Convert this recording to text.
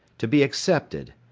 to be accepted,